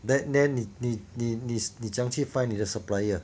then then 你你你你是你怎样去 find 你的 supplier